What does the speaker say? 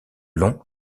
long